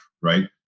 right